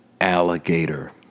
Alligator